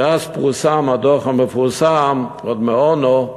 כי אז פורסם הדוח המפורסם של הקריה האקדמית "אונו",